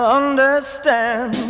understand